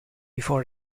before